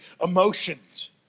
emotions